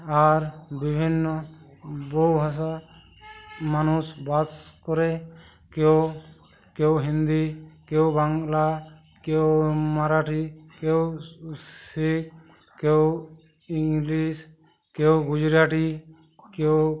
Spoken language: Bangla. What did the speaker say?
আর বিভিন্ন বহু ভাষার মানুষ বাস করে কেউ কেউ হিন্দি কেউ বাংলা কেউ মারাঠি কেউ শিখ কেউ ইংলিশ কেউ গুজরাটি কেউ